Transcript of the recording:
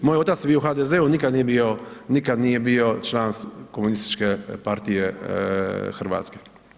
Moj otac je bio u HDZ-u nikad nije bio član Komunističke partije Hrvatske.